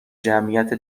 جمعیت